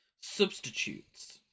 substitutes